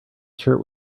shirt